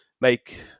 make